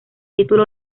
título